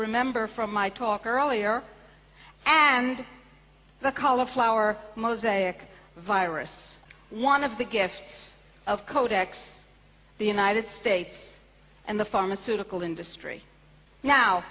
remember from my talk earlier and the cauliflower mosaic virus one of the gifts of codex the united states and the pharmaceutical industry now